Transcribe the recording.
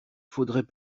faudrait